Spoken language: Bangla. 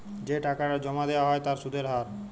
যে টাকাটা জমা দেয়া হ্য় তার সুধের হার